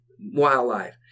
wildlife